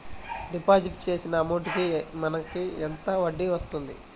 Deposit చేసిన amount కి మనకి ఎంత వడ్డీ వస్తుంది?